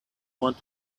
want